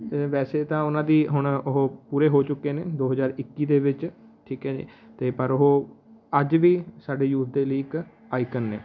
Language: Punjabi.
ਅ ਵੈਸੇ ਤਾਂ ਉਹਨਾਂ ਦੀ ਹੁਣ ਉਹ ਪੂਰੇ ਹੋ ਚੁੱਕੇ ਨੇ ਦੋ ਹਜ਼ਾਰ ਇੱਕੀ ਦੇ ਵਿੱਚ ਠੀਕ ਹੈ ਅਤੇ ਪਰ ਉਹ ਅੱਜ ਵੀ ਸਾਡੇ ਯੂਥ ਦੇ ਲਈ ਇੱਕ ਆਈਕਨ ਨੇ